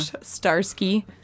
Starsky